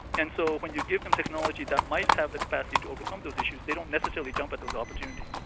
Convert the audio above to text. and so when you give them technology that might have the capacity to overcome those issues, they don't necessarily jump at those opportunities.